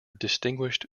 distinguished